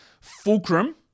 fulcrum